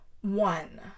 One